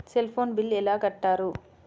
Cell phone bill ఎలా కట్టారు?